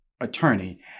attorney